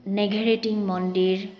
নেঘেৰিটিং মন্দিৰ